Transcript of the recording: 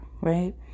right